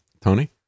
Tony